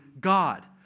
God